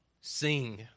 sing